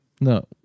No